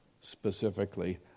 specifically